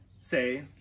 say